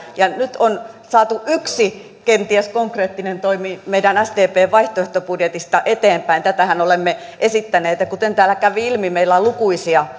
ja nyt on saatu yksi kenties konkreettinen toimi meidän sdpn vaihtoehtobudjetista eteenpäin tätähän olemme esittäneet ja kuten täällä kävi ilmi meillä on lukuisia